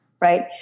right